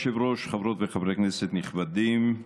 אדוני היושב-ראש, חברות וחברי כנסת נכבדים,